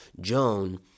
Joan